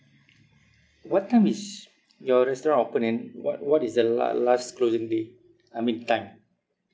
what time is your restaurant open and what what is the la~ last closing day I mean time